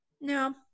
No